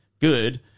good